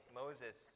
moses